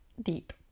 deep